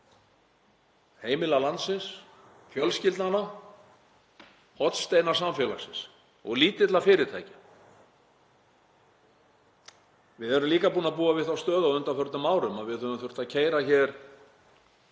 heimila landsins og fjölskyldnanna, hornsteina samfélagsins, og lítilla fyrirtækja. Við höfum líka búið við þá stöðu á undanförnum árum að við höfum þurft að keyra